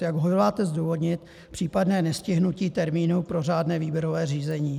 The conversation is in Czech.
Jak hodláte zdůvodnit případné nestihnutí termínu pro řádné výběrové řízení?